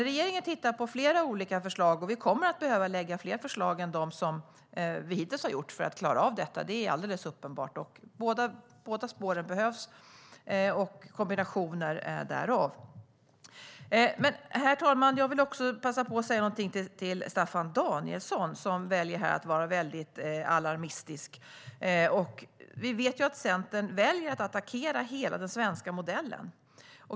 Regeringen tittar på flera olika förslag, och vi kommer att behöva lägga fram fler förslag än dem vi hittills har lagt fram för att klara av detta. Det är alldeles uppenbart. Båda spåren behövs, och kombinationer därav. Herr talman! Jag vill passa på att säga någonting till Staffan Danielsson, som väljer att vara väldigt alarmistisk. Vi vet att Centern väljer att attackera hela den svenska modellen.